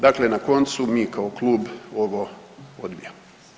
Dakle, na koncu mi kao klub ovo odbijamo.